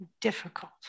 difficult